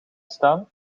staan